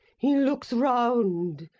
he looks round.